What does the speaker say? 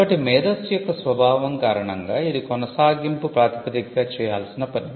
కాబట్టి మేధస్సు యొక్క స్వభావం కారణంగా ఇది కొనసాగింపు ప్రాతిపదికగా చేయాల్సిన పని